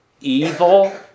evil